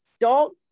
dogs